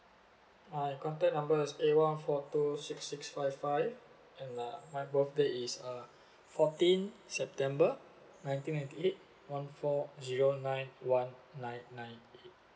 my contact number is eight one four two six six five five and uh my birthday is uh fourteen september nineteen ninety eight one four zero nine one nine nine eight